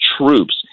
troops